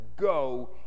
go